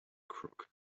crook